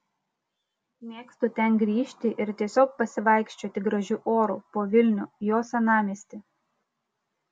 mėgstu ten grįžti ir tiesiog pasivaikščioti gražiu oru po vilnių jo senamiestį